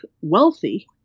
wealthy